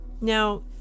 Now